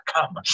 come